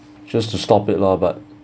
just to stop it lor but